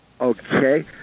Okay